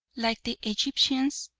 like the egyptians,